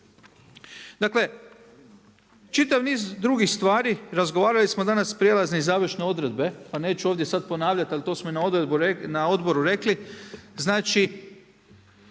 Dakle, čitav niz drugih stvari, razgovarali smo danas prijelazne i završne odredbe, pa neću ovdje sad ponavljati, ali to smo i na odboru rekli,